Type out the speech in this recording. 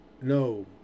No